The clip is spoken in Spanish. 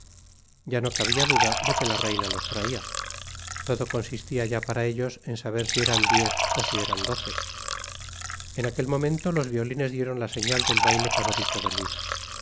ya no cabia duda de que la reina los traia todo consistia ya para ellos en saber si eran diez ó si eran doce en aquel momento los violines dieron la señal del baile favorito de luis